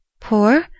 Poor